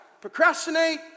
Procrastinate